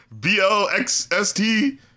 B-L-X-S-T